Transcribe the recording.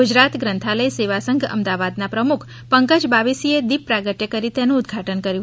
ગુજરાત ગ્રંથાલય સેવા સંઘ અમદાવાદના પ્રમુખ પંકજ બાવાસીએ દીપ પ્રાગ્ટય કરી ઉદ્દઘાટન કર્યું